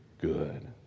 good